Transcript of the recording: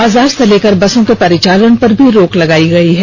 बाजार से लेकर बसों के परिचालन पर रोक लगी हुई है